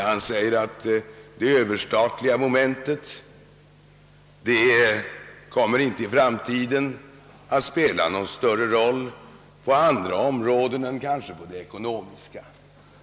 Han säger att det överstatliga momentet i framtiden inte kommer att spela någon större roll på andra områden än kanske på det ekonomiska.